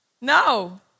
No